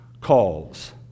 calls